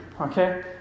Okay